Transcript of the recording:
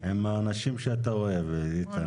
עם האנשים שאתה אוהב, איתן.